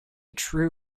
true